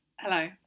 Hello